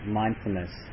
mindfulness